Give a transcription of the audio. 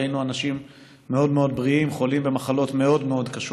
ראינו אנשים מאוד מאוד בריאים חולים במחלות מאוד מאוד קשות.